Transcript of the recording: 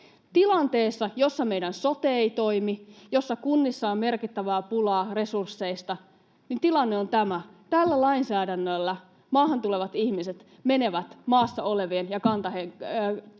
Tilanteessa, jossa meidän sote ei toimi ja jossa kunnissa on merkittävää pulaa resursseista, tilanne on tämä. Tällä lainsäädännöllä maahan tulevat ihmiset menevät maassa olevien ja kantasuomalaisten